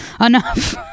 enough